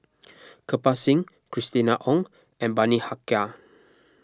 Kirpal Singh Christina Ong and Bani Haykal